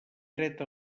dret